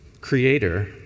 creator